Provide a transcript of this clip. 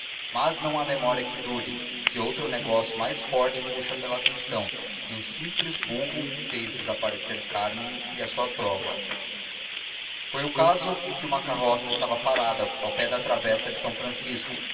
mas não há memória que dure se outro negócio mais forte puxa pela atenção e um simples burro fez desaparecer cármen e a sua trova foi o caso que uma carroça estava parada ao pé da travessa de são francisco